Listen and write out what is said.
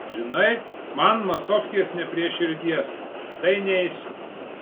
žinai man masofkės ne prie širdies tai neisiu